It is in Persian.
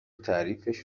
تعریفش